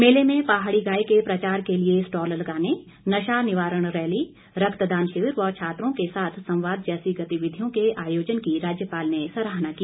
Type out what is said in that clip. मेले में पहाड़ी गाय के प्रचार के लिए स्टॉल लगाने नशा निवारण रैली रक्तदान शिविर व छात्रों के साथ संवाद जैसी गतिविधियों के आयोजन की राज्यपाल ने सराहना की